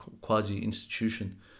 quasi-institution